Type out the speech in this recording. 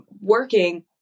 working